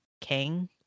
king